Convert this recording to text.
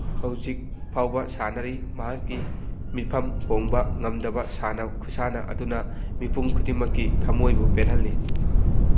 ꯍꯧꯖꯤꯛ ꯐꯥꯎꯕ ꯁꯥꯟꯅꯔꯤ ꯃꯍꯥꯛꯀꯤ ꯃꯤꯐꯝ ꯍꯣꯡꯕ ꯉꯝꯗꯕ ꯁꯥꯟꯅꯕ ꯈꯨꯠꯁꯥꯟꯅ ꯑꯗꯨꯅ ꯃꯤꯄꯨꯝ ꯈꯨꯗꯤꯡꯃꯛꯀꯤ ꯊꯃꯣꯏꯕꯨ ꯄꯦꯜꯍꯜꯂꯤ